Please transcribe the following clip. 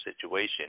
situation